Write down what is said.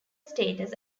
status